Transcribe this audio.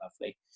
lovely